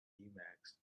emacs